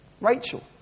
Rachel